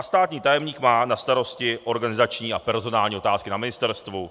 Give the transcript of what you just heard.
Státní tajemník má na starosti organizační a personální otázky na ministerstvu.